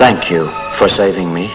thank you for saving